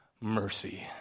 mercy